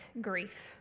grief